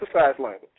language